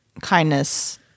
kindness